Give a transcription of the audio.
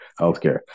healthcare